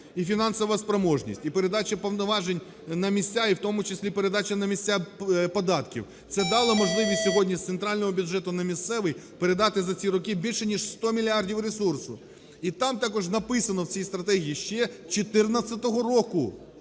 і фінансова спроможність, і передача повноважень на місця, і в тому числі, передача на місця податків. Це дало можливість сьогодні з центрального бюджету на місцевий передати за ці роки більше, ніж 100 мільярдів ресурсу. І там також написано в цій стратегії, ще 2014 року.